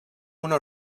una